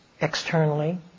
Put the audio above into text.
externally